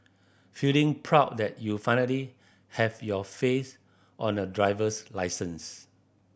feeling proud that you finally have your face on a driver's licence